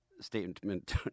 statement